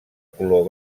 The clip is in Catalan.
color